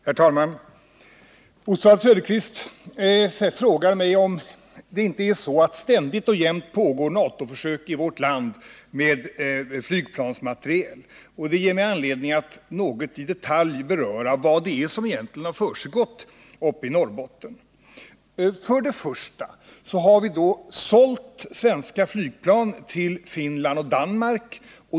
Herr talman! Oswald Söderqvist frågar mig om det inte är så att det ständigt och jämt pågår NATO-försök med flygplansmateriel i vårt land. Det ger mig anledning att mera i detalj beröra vad det är som egentligen har försiggått uppe i Norrbotten. För det första har vi sålt svenska flygplan till Finland och Danmark.